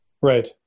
Right